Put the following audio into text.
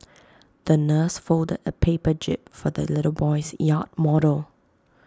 the nurse folded A paper jib for the little boy's yacht model